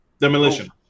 Demolition